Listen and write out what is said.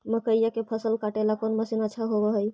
मकइया के फसल काटेला कौन मशीन अच्छा होव हई?